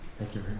thank you.